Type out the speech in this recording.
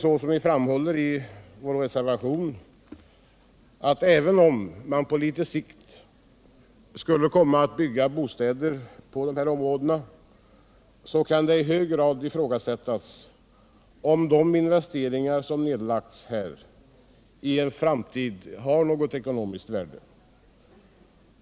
Som vi framhåller i vår reservation ser vi det nämligen så, att även om man på litet sikt skulle komma att bygga bostäder på de här områdena så kan det i hög grad ifrågasättas om de investeringar som nedlagts här i en framtid har något ekonomiskt värde.